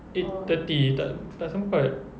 eight thirty tak tak sempat